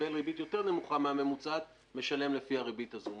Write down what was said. קיבל ריבית יותר נמוכה מהממוצעת משלם לפי הריבית הזו.